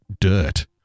dirt